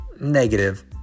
negative